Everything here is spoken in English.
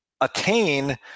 attain